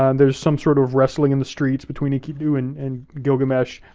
um there's some sort of wrestling in the streets between enkidu and and gilgamesh,